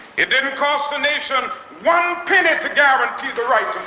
it didn't cost the nation one penny to guarantee the right